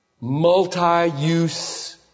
multi-use